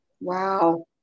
Wow